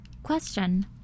question